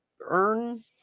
earn